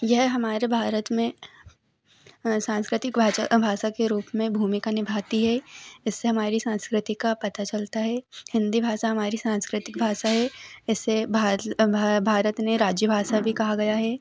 यह हमारे भारत में सांस्क्रतिक भासा के रूप में भूमिका निभाती है इससे हमारी सांस्कृति का पता चलता है हिन्दी भासा हमारी सांस्कृतिक भाषा है इसे भारत भारत ने राज्य भाषा भी कहा गया है